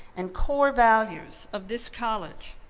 and core values of this college.